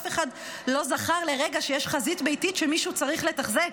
אף אחד לא זכר לרגע שיש חזית ביתית שמישהו צריך לתחזק,